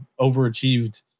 overachieved